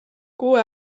kuue